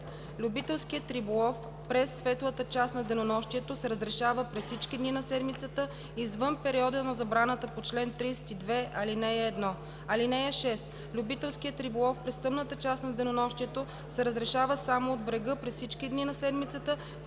Любителският риболов през светлата част на денонощието се разрешава през всички дни на седмицата, извън периода на забраната по чл. 32, ал. 1. (6) Любителският риболов през тъмната част на денонощието се разрешава само от брега през всички дни на седмицата,